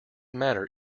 matter